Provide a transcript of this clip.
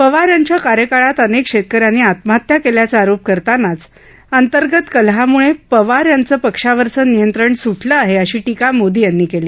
पवार यांच्या कार्यकाळात अनेक शेतकऱ्यांनी आत्महत्या केल्याचा आरोप करतानाच अंतर्गत कलहामुळं पवार यांचं पक्षावरचं नियंत्रण सुद्धि आहे अशी धिका मोदी यांनी केली